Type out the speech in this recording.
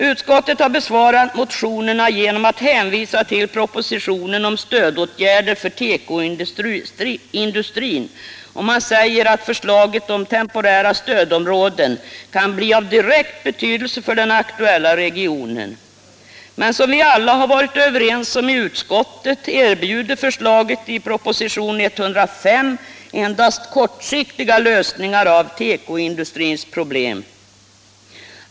Utskottet har besvarat motionerna genom att hänvisa till propositionen om stödåtgärder för tekoindustrin och säger att förslaget om temporära stödområden kan bli av direkt betydelse för den aktuella regionen. Men som vi alla har varit överens om i utskottet erbjuder förslaget i propositionen 105 endast kortsiktiga lösningar av tekoindustrins problem.